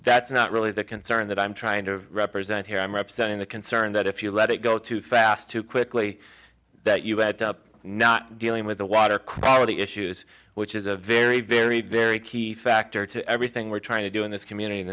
that's not really the concern that i'm trying to represent here i'm representing the concern that if you let it go too fast too quickly that you add up not dealing with the water quality issues which is a very very very key factor to everything we're trying to do in this community